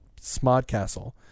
Smodcastle